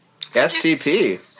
STP